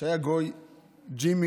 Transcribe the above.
שהיה גוי, ג'ימי.